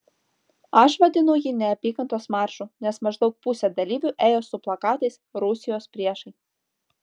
aš vadinu jį neapykantos maršu nes maždaug pusė dalyvių ėjo su plakatais rusijos priešai